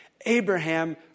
Abraham